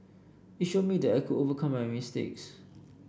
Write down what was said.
it showed me that I could overcome my mistakes